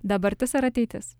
dabartis ar ateitis